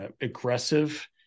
aggressive